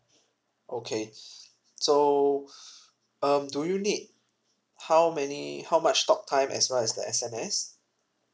okay so um do you need how many how much talk time as well as the S_M_S